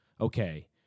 okay